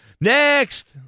Next